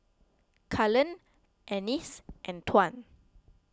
Cullen Anice and Tuan